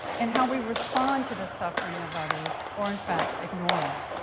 and how we respond to the suffering of others or, in fact, ignore it.